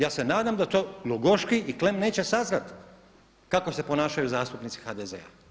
Ja se nadam da to Glogoški i Klen neće saznati kako se ponašaju zastupnici HDZ-a.